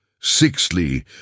Sixthly